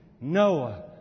Noah